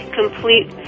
complete